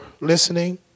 listening